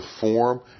form